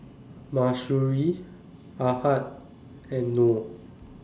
Mahsuri Ahad and Nor